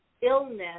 illness